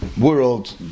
world